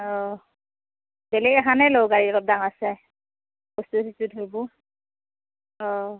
অ' বেলেগ এখনে ল গাড়ী অলপ ডাঙৰ চাই বস্তু চস্তু ধৰিব অ'